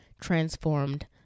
transformed